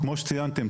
כפי שציינתם,